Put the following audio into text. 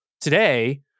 today